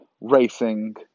racing